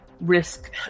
risk